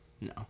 No